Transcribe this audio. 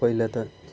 पहिला त